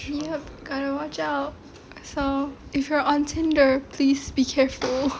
yup gotta watch out so if you are on Tinder please be careful